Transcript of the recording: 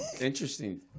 Interesting